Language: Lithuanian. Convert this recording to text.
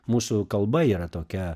mūsų kalba yra tokia